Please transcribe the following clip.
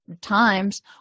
times